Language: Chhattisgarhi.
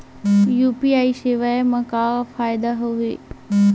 यू.पी.आई सेवा मा का फ़ायदा हवे?